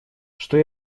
что